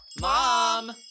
Mom